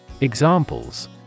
Examples